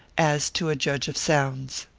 as to a judge of sounds.